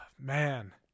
man